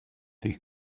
they